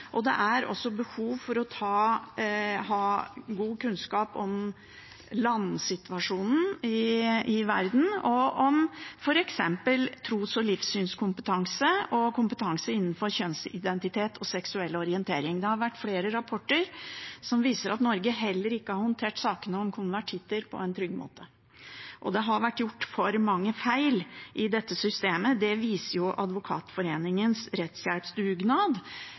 å ha f.eks. tros- og livssynkompetanse og kompetanse innenfor kjønnsidentitet og seksuell orientering. Flere rapporter viser at Norge heller ikke har håndtert sakene om konvertitter på en trygg måte. Det har vært gjort for mange feil i dette systemet, det viser Advokatforeningens rettshjelpsdugnad.